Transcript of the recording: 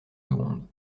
secondes